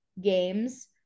games